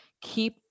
keep